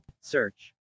Search